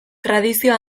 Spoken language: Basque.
tradizio